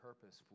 purpose